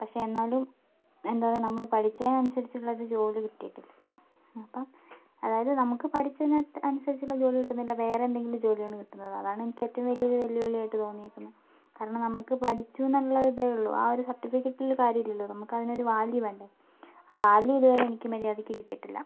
പക്ഷെ എന്നാലും എന്താ പറയുക നമ്മള് പഠിച്ചതിന് അനുസരിച്ചുള്ള ഒരു ജോലി കിട്ടിയിട്ടില്ല അപ്പം അതായത് നമ്മുക്ക് പഠിച്ചതിന് അനുസരിച്ചുള്ള ജോലി കിട്ടുന്നില്ല വേറെ എന്തേലും ജോലിയാണ് കിട്ടുന്നത് അതാണ് എനിക്ക് ഏറ്റവും വലിയ ഒരു വെല്ലുവിളി ആയിട്ട് തോന്നിയേക്കുന്ന കാരണം നമ്മക്ക് പഠിച്ചൂന്ന് ഉള്ളൊരു ഇതേയുള്ളു ആ സർട്ടിഫിക്കറ്റിൽ കാര്യമില്ലല്ലോ നമ്മക്ക് അതിനൊരു വാല്യൂ വേണ്ടേ ആ വാല്യൂ ഇതുവരെ എനിക്ക് മര്യാദയ്ക്ക് കിട്ടിയിട്ടില്ല